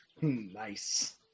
Nice